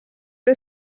the